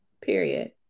Period